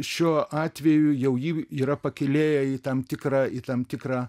šiuo atveju jau jį yra pakylėję į tam tikrą į tam tikrą